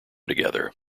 together